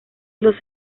los